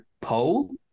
pole